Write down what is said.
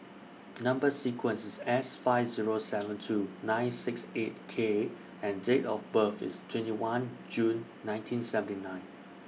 Number sequence IS S five Zero seven two nine six eight K and Date of birth IS twenty one June nineteen seventy one